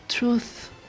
truth